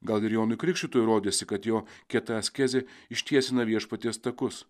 gal ir jonui krikštytojui rodėsi kad jo kieta askezė ištiesina viešpaties takus